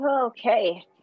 Okay